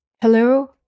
Hello